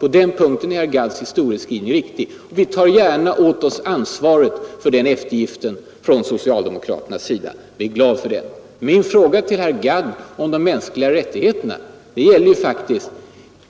På den punkten är herr Gadds historieskrivning riktig. Vi tar gärna på oss ansvaret för den eftergiften från socialdemokraternas sida. Vi är glada för den. Min fråga till herr Gadd om de mänskliga rättigheterna var föranledd av att